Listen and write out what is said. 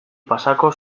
pasako